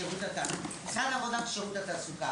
שירות התעסוקה,